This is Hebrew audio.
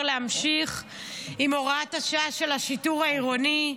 להמשיך עם הוראת השעה של השיטור העירוני.